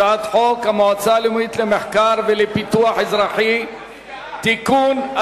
הצעת חוק המועצה הלאומית למחקר ולפיתוח אזרחי (תיקון),